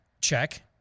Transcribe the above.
Check